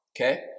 okay